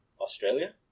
Australia